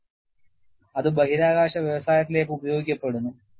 അതിനാൽ അത് ബഹിരാകാശ വ്യവസായത്തിലേക്ക് ഉപയോഗിക്കപ്പെടുന്നു